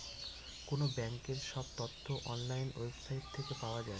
কোনো ব্যাঙ্কের সব তথ্য অনলাইন ওয়েবসাইট থেকে পাওয়া যায়